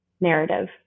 narrative